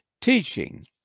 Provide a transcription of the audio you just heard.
teaching